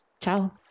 Ciao